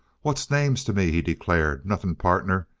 what's names to me? he declared. nothing, partner.